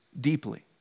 deeply